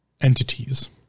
entities